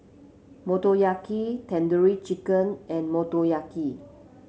Motoyaki Tandoori Chicken and Motoyaki